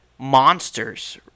monsters